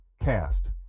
cast